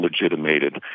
legitimated